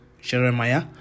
Jeremiah